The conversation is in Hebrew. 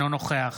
אינו נוכח